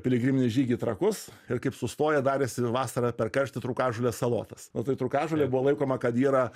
piligriminį žygį į trakus ir kaip sustoja darėsi vasarą per karštį trūkažolės salotas na tai trūkažolė buvo laikoma kad yra